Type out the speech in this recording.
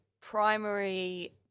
primary